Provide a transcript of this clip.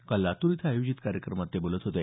काल लातूर इथं आयोजित कार्यक्रमात ते बोलत होते